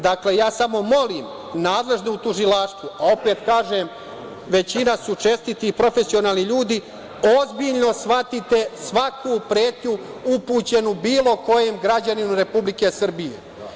Dakle, ja samo molim nadležne u tužilaštvu, a opet kažem većina su čestiti i profesionalni ljudi, ozbiljno shvatite svaku pretnju upućenu bilo kojem građaninu Republike Srbije.